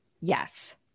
Yes